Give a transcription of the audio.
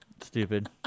Stupid